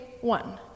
one